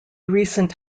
recent